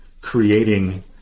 creating